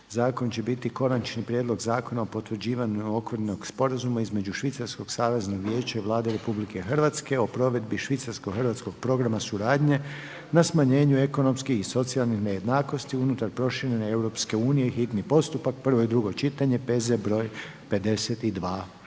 zakon će biti Konačni prijedlog Zakona o potvrđivanju okvirnog sporazuma između Švicarskog saveznog vijeća i Vlade RH o provedbi Švicarsko-hrvatskog programa suradnje na smanjenju ekonomskih i socijalnih nejednakosti unutar proširenje EU, hitni postupak, prvo i drugo čitanje, P.Z. broj 52.